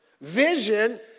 Vision